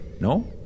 no